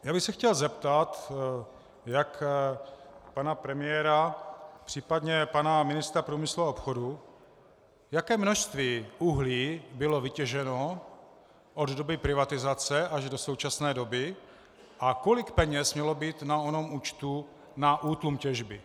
Já bych se chtěl zeptat jak pana premiéra, tak případně pana ministra průmyslu a obchodu, jaké množství uhlí bylo vytěženo od doby privatizace až do současné doby a kolik peněz mělo být na onom účtu na útlum těžby.